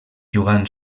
jugant